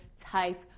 type